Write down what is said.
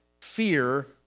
fear